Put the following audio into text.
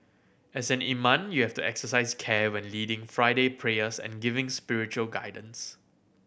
as an imam you have to exercise care when leading Friday prayers and giving spiritual guidance